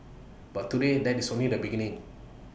but today that is only the beginning